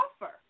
offer